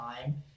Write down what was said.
time